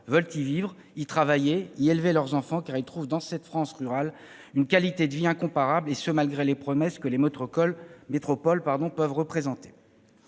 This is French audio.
veulent y vivre, y travailler, y élever leurs enfants, car ils trouvent dans cette France rurale une qualité de vie incomparable, et ce malgré les promesses que les métropoles peuvent représenter.